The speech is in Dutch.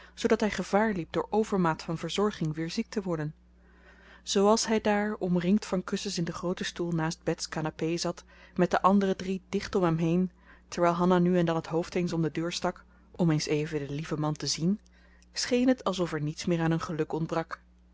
zoodat hij gevaar liep door overmaat van verzorging weer ziek te worden zooals hij daar omringd van kussens in den grooten stoel naast bets canapé zat met de andere drie dicht om hem heen terwijl hanna nu en dan het hoofd eens om de deur stak om eens even den lieven man te zien scheen het alsof er niets meer aan hun geluk ontbrak